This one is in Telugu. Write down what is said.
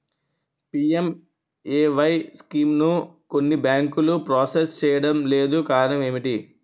పి.ఎం.ఎ.వై స్కీమును కొన్ని బ్యాంకులు ప్రాసెస్ చేయడం లేదు కారణం ఏమిటి?